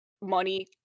money